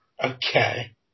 Okay